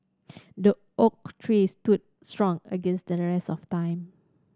the oak tree stood strong against the test of time